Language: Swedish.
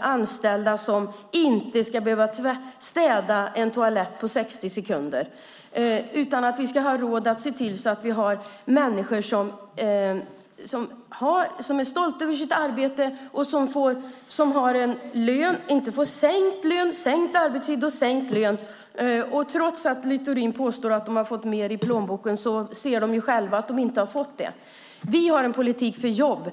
anställda som inte behöver städa en toalett på 60 sekunder. Vi ska ha råd att se till att människor är stolta över sitt arbete och inte får sänkt arbetstid och sänkt lön. Trots att Littorin påstår att de fått mer i plånboken kan de se att de inte fått det. Vi har en politik för jobb.